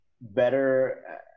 better